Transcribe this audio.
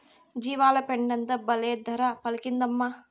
జీవాల పెండంతా బల్లే ధర పలికిందమ్మా